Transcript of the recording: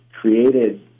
created